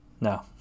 No